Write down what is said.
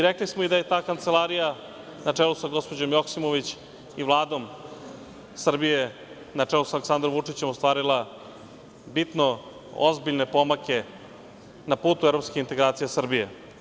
Rekli smo i da je ta Kancelarija na čelu sa gospođom Joksimović i Vladom Srbije na čelu sa Aleksandrom Vučićem ostvarila bitno ozbiljne pomake na putu evropskih integracija Srbije.